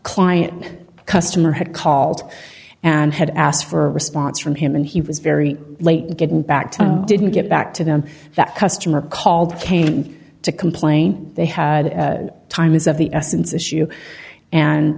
client customer had called and had asked for a response from him and he was very late getting back to didn't get back to them that customer called came to complain they had time is of the essence issue and